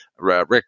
Rick